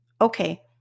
Okay